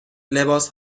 لباس